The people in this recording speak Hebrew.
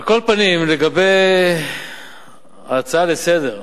על כל פנים, לגבי ההצעה לסדר-היום: